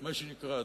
מה שנקרא,